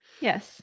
Yes